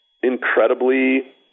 incredibly